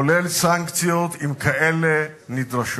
כולל סנקציות, אם כאלה נדרשות.